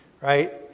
right